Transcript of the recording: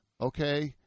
okay